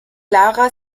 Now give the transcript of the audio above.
lara